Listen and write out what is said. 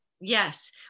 Yes